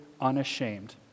unashamed